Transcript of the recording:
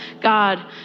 God